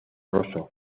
rosso